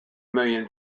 million